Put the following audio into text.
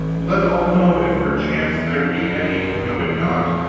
let all know, if perchance there be any who know it not,